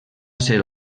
ser